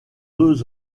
deux